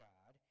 God